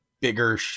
bigger